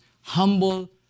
humble